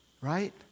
right